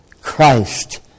Christ